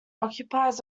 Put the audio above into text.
occupies